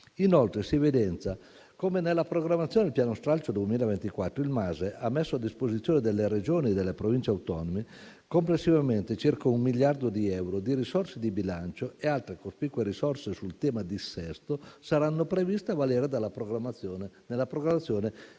inoltre come nella programmazione del piano stralcio 2024-2026 il MASE ha messo a disposizione delle Regioni e delle Province autonome complessivamente circa un miliardo di euro di risorse di bilancio e altre cospicue risorse sul tema del dissesto saranno previste a valere sulla programmazione